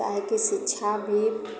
काहेकि शिच्छा भी